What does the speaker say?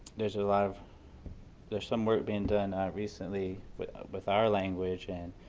there's a lot of there's some work being done recently with with our language and